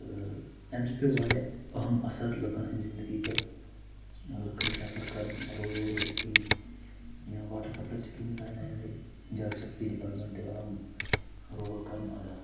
تہٕ اَمہِ سۭتۍ پیوٚ واریاہ اہم اثر لُکَن ہٕنٛزِ زِندٕگی پٮ۪ٹھ لُکھ ٲسۍ سفر کَران روڑو کِنۍ یا واٹَر سَپلاے سِکیٖمٕز آیہِ نٕے نَٕے جَل شکتی ڈِپاٹمنٛٹ آو رول کَرنہٕ ادا